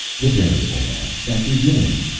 the variable man. that's his name.